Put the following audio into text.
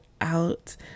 out